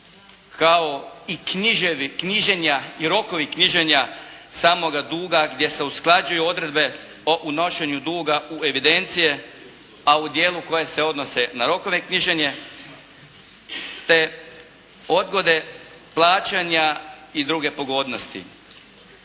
kao i knjiženja i rokovi knjiženja samoga duga gdje se usklađuju odredbe o unošenju duga u evidencije, a u dijelu koje se odnose na rokove knjiženje te odgode plaćanja i druge pogodnosti.